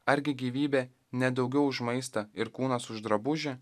argi gyvybė ne daugiau už maistą ir kūnas už drabužį